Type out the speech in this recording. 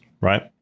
Right